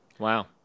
Wow